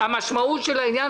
המשמעות של העניין,